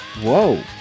Whoa